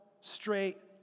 straight